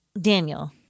Daniel